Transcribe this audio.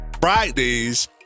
Fridays